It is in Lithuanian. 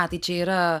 a tai čia yra